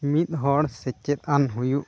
ᱢᱤᱫ ᱦᱚᱲ ᱥᱮᱪᱮᱫᱟᱱ ᱦᱩᱭᱩᱜ